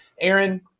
Aaron